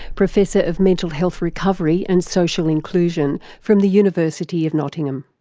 professor of mental health recovery and social inclusion from the university of nottingham.